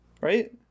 right